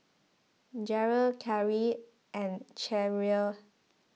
Jeryl Karie and Cherrelle